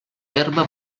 herba